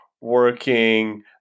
working